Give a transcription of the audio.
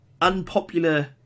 unpopular